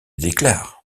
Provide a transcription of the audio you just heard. déclare